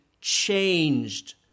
changed